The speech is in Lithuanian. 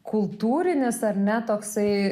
kultūrinis ar ne toksai